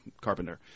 Carpenter